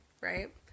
right